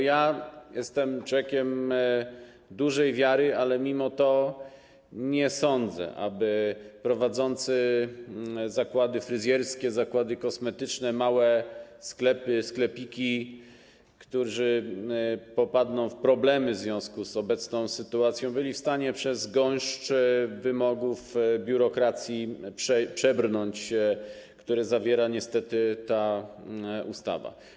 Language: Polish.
Ja jestem człowiekiem dużej wiary, ale mimo to nie sądzę, aby prowadzący zakłady fryzjerskie, zakłady kosmetyczne, małe sklepy, sklepiki, którzy popadną w problemy w związku z obecną sytuacją, byli w stanie przebrnąć przez gąszcz wymogów biurokracji, który zawiera niestety ta ustawa.